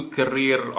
career